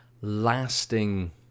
lasting